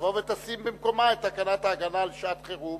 שתבוא ותשים במקומה את תקנת ההגנה לשעת חירום,